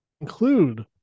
include